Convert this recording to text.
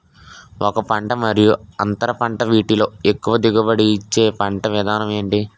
ఒక పంట మరియు అంతర పంట వీటిలో ఎక్కువ దిగుబడి ఇచ్చే పంట విధానం ఏంటి?